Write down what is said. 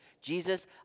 Jesus